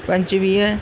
पंजुवीह